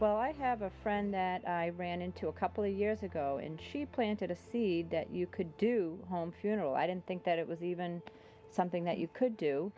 well i have a friend that i ran into a couple of years ago and she planted a seed that you could do home funeral i didn't think that it was even something that you could do